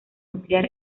nuclear